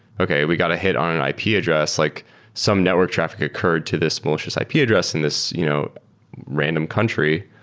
okay. we got a hit on an ah ip address. like some network traffic occurred to this malicious ip yeah address in this you know random country.